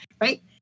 Right